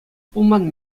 пулман